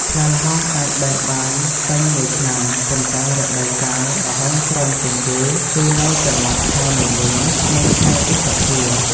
ផ្លែល្ហុងអាចបេះបានពេញមួយឆ្នាំ ប៉ុន្តែរដូវកាលល្ហុងច្រើនជាងគេគឺនៅចន្លោះខែមីនា និងខែឧសភា។